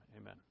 amen